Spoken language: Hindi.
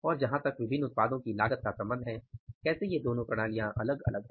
और जहाँ तक विभिन्न उत्पादों की लागत का संबंध है कैसे ये दोनों प्रणालियां अलग अलग हैं